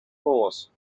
horse